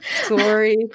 sorry